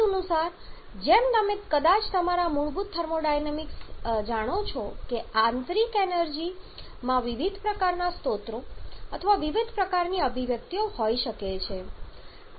તદનુસાર જેમ તમે કદાચ તમારા મૂળભૂત થર્મોડાયનેમિક્સથી જાણો છો કે આંતરિક એનર્જી માં વિવિધ પ્રકારના સ્ત્રોતો અથવા વિવિધ પ્રકારની અભિવ્યક્તિઓ હોઈ શકે છે